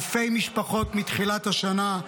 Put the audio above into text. אלפי משפחות מתחילת השנה,